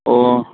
ఓ